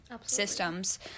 systems